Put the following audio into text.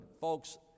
Folks